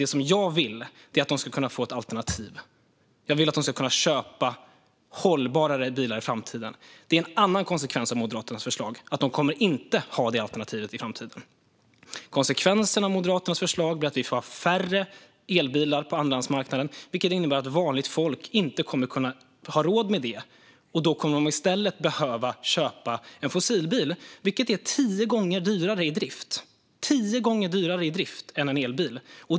Det jag vill är att de ska få ett alternativ. Jag vill att de ska kunna köpa hållbarare bilar i framtiden. Det är en annan konsekvens av Moderaternas förslag: De kommer inte att ha det alternativet i framtiden. Konsekvensen av Moderaternas förslag blir att vi får färre elbilar på andrahandsmarknaden, vilket innebär att vanligt folk inte kommer att ha råd med sådana bilar. Då kommer de i stället att behöva köpa en fossilbil, som är tio gånger dyrare i drift än en elbil.